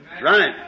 Right